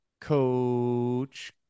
coach